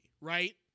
right